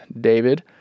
David